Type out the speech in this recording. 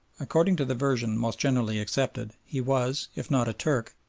according to the version most generally accepted he was, if not a turk,